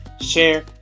share